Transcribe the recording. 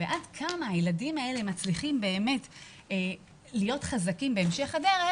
ועד כמה הילדים האלה מצליחים באמת להיות חזקים בהמשך הדרך,